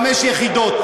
חמש יחידות,